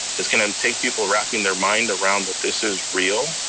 it's gonna and take people wrapping their mind around that this is real.